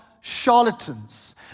charlatans